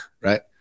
right